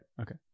Okay